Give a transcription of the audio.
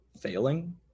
failing